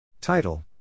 Title